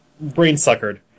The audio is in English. brain-suckered